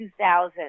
2000